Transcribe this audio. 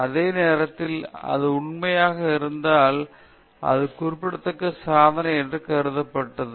அந்த நேரத்தில் அது உண்மையாக இருந்தால் அது குறிப்பிடத்தக்க சாதனை என்று கருதப்பட்டது